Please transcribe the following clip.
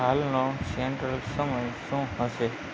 હાલનો સૅન્ટ્રલ સમય શું હશે